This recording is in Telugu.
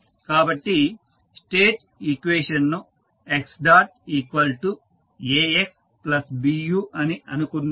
కాబట్టి స్టేట్ ఈక్వేషన్ ను xAxBu అని అనుకుందాము